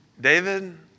David